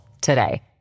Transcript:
today